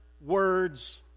words